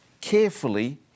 carefully